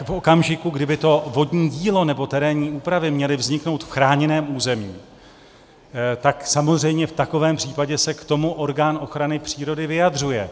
V okamžiku, kdy by to vodní dílo nebo terénní úpravy měly vzniknout v chráněném území, tak samozřejmě v takovém případě se k tomu orgán ochrany přírody vyjadřuje.